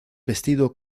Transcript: vestido